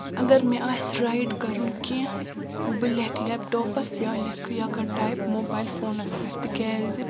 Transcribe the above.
اگر مےٚ آسہِ رایٹ کَرُن کیٚنٛہہ بہٕ لٚکھہٕ لیپٹاپس یا لیٚکھ یا کرٕ ٹایپ موبایل فونس پٮ۪ٹھ تہِ کیازِ